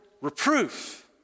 reproof